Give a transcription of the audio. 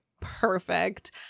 perfect